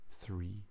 three